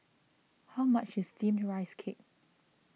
how much is Steamed Rice Cake